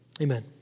Amen